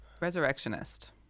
Resurrectionist